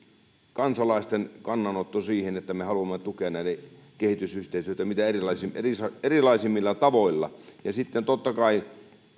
kansalaisten kannanotto siihen että me haluamme tukea kehitysyhteistyötä mitä erilaisimmilla tavoilla sitten totta kai